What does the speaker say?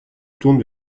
tourne